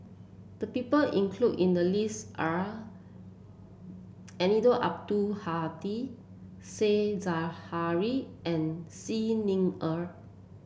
the people include in the list are Eddino Abdul Hadi Said Zahari and Xi Ni Er